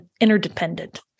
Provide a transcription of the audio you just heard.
interdependent